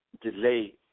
delay